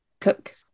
cook